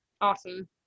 Awesome